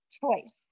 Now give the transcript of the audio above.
choice